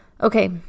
Okay